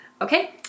Okay